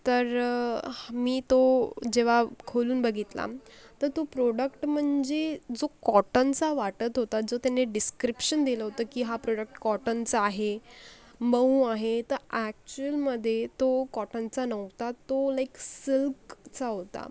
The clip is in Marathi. तर मी तो जेव्हा खोलून बघितला तर तो प्रोडक्ट मंजे जो कॉटनचा वाटत होता जो त्यांनी डिस्क्रिप्शन दिलं होतं की हा प्रोडक्ट कॉटनचा आहे मऊ आहे तर ॲक्चुलमधे तो कॉटनचा नव्हता तो लाईक सिल्कचा होता